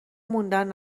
موندن